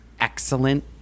excellent